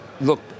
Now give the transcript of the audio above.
look